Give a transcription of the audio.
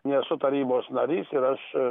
nesu tarybos narys ir aš